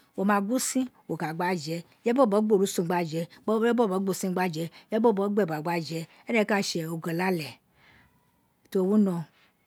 Wo ma gun usin, wo ka gba a je, ireya bọbọ gba orusin gba jẹ ireye bọbọ gba usin gba je, ireye bọbọ gba eba gba jẹ ẹrẹn ka tse ogolo alẹ to lo no